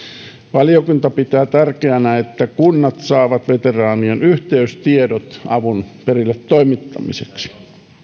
valiokunta pitää tärkeänä että kunnat saavat veteraanien yhteystiedot avun perille toimittamiseksi